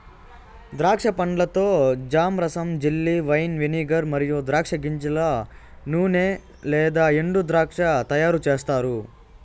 ద్రాక్ష పండ్లతో జామ్, రసం, జెల్లీ, వైన్, వెనిగర్ మరియు ద్రాక్ష గింజల నూనె లేదా ఎండుద్రాక్ష తయారుచేస్తారు